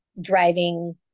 driving